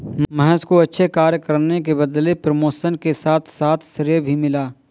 महेश को अच्छे कार्य करने के बदले प्रमोशन के साथ साथ श्रेय भी मिला